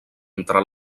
entre